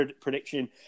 prediction